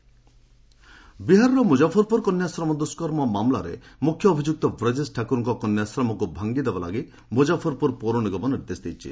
Muzaffarpur shelter home ବିହାରର ମୁଜାଫର୍ପୁର କନ୍ୟାଶ୍ରମ ଦୁଷ୍କର୍ମ ମାମଲାରେ ମୁଖ୍ୟ ଅଭିଯୁକ୍ତ ବ୍ରଜେଶ୍ ଠାକୁରଙ୍କ କନ୍ୟାଶ୍ରମକୁ ଭାଙ୍ଗିଦେବାପାଇଁ ମୁଜାଫର୍ପୁର ପୌରନିଗମ ନିର୍ଦ୍ଦେଶ ଦେଇଛି